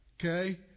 Okay